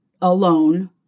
alone